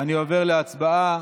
אני עובר להצבעה.